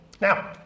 now